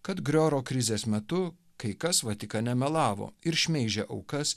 kad grioro krizės metu kai kas vatikane melavo ir šmeižė aukas